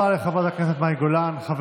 בבקשה.